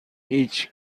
هیچ